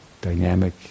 dynamic